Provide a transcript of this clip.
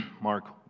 Mark